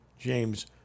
James